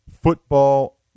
football